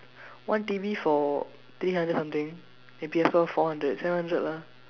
one T_V for three hundred something then P_S four four hundred seven hundred lah